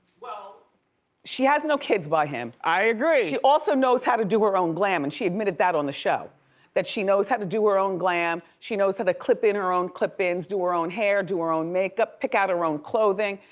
well she has no kids by him. i agree. she also knows how to do her own glam and she admitted that on the show that she knows how to do her own glam, she knows how to clip in her own clip-ins, do her own hair, do her own makeup, pick out her own clothing.